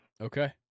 Okay